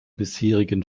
bisherigen